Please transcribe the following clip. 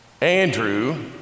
Andrew